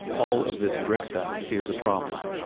all of this brick theft is a problem.